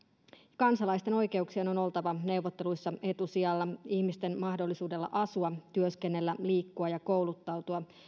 kansalaisten oikeuksien on oltava neuvotteluissa etusijalla ihmisten mahdollisuudella asua työskennellä liikkua ja kouluttautua